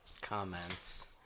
Comments